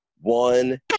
one